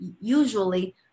usually